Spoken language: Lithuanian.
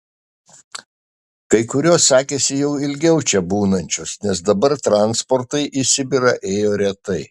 kai kurios sakėsi jau ilgiau čia būnančios nes dabar transportai į sibirą ėjo retai